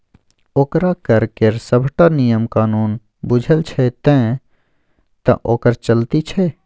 ओकरा कर केर सभटा नियम कानून बूझल छै तैं तँ ओकर चलती छै